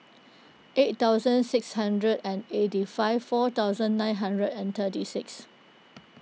eight thousand six hundred and eighty five four thousand nine hundred and thirty six